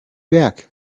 back